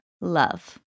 love